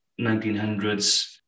1900s